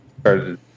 started